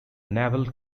naval